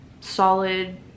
solid